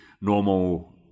normal